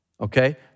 Okay